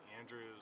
andrews